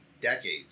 decades